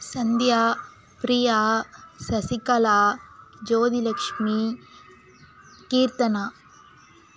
Sandhya Priya Sasikala Jyothi Lakshmi Keerthana